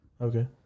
Okay